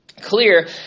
clear